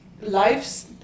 lives